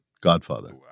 Godfather